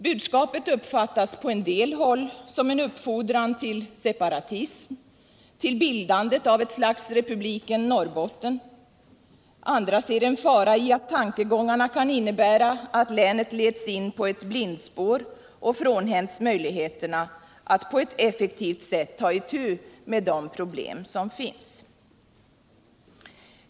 Budskapet uppfattas på en del håll som en uppfordran till separatism, till bildandet av ett slags republiken Norrbotten. A ndra ser en fara i att tankegångarna kan innebära att länet leds in på ett blindspår och frånhänds möjligheterna att på ett effektivt sätt ta itu med de problem som finns.